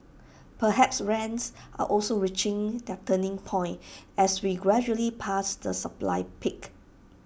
perhaps rents are also reaching their turning point as we gradually pass the supply peak